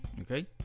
okay